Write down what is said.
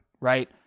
right